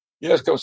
Yes